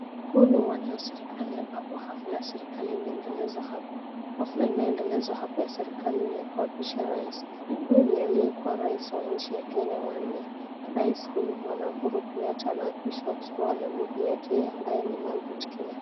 Huu ni uwanja wa serikali ambapo hafula ya serikali inaendelezwa hapa, hafula inayoendelezwa hapa ya serikali ni ya kuapisha rais, huyu ni aliyekuwa rais wa nchi ya Kenya wa nne, rais huyu bwana Uhuru Kenyatta anaapishwa akiwa na bibi yake ambaye ni Margaret Kenyatta.